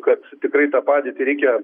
kad tikrai tą padėtį reikia